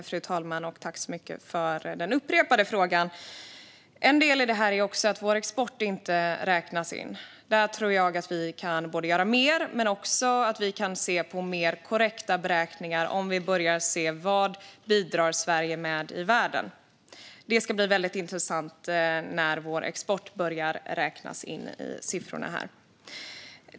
Fru talman! Jag tackar för de upprepade frågorna. En del i detta är också att vår export inte räknas in. Där tror jag att vi kan göra mer. Men vi kan också se på mer korrekta beräkningar om vi börjar titta på vad Sverige bidrar med i världen. Det ska bli väldigt intressant när vår export börjar räknas in i siffrorna.